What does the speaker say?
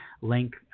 link